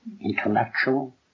intellectual